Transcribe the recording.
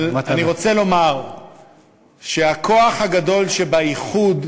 אבל אני רוצה לומר שהכוח הגדול שבאיחוד,